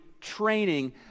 training